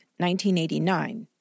1989